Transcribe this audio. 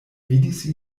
vidis